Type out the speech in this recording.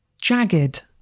Jagged